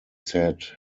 said